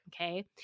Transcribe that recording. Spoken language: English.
Okay